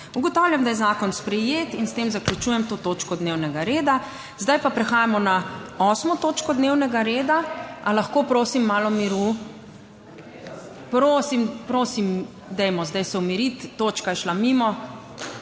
Ugotavljam, da je zakon sprejet in s tem zaključujem to točko dnevnega reda. Zdaj pa prehajamo na 8. točko dnevnega reda. / nemir v dvorani/ A lahko prosim malo miru? prosim, prosim, dajmo zdaj se umiriti, točka je šla mimo.